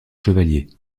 chevalier